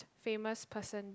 famous person